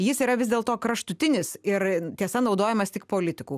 jis yra vis dėlto kraštutinis ir tiesa naudojamas tik politikų